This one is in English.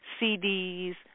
CDs